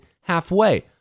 halfway